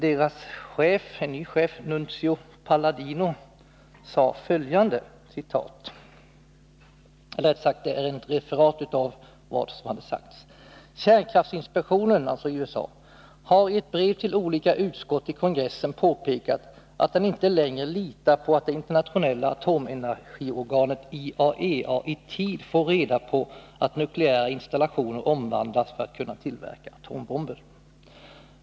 Dess nye chef, Nunzio Palladino, sade enligt referatet bl.a. följande: ”Kärnkraftsinspektionen har i ett brev till olika utskott i kongressen påpekat att den inte längre litar på att det internationella atomenergiorganet IAEA i tid får reda på att nukleära installationer omvandlats för att kunna tillverka atombomber.